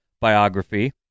biography